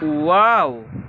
wow